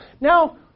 Now